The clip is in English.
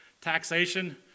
taxation